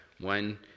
one